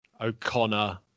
O'Connor